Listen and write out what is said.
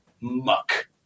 muck